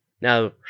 Now